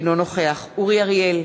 אינו נוכח אורי אריאל,